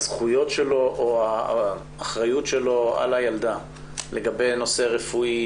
מה הזכויות שלו או האחריות שלו על הילדה מבחינת נושאים רפואיים,